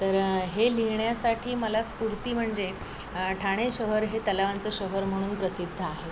तर हे लिहिण्यासाठी मला स्फूर्ती म्हणजे ठाणे शहर हे तलावांचं शहर म्हणून प्रसिद्ध आहे